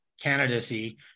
candidacy